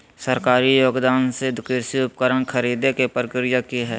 सरकारी योगदान से कृषि उपकरण खरीदे के प्रक्रिया की हय?